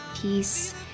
peace